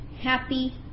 happy